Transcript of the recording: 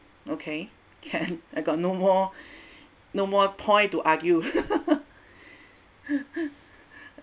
okay can I got no more no more point to argue